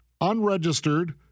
unregistered